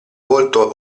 volto